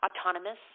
autonomous